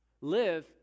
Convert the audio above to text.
Live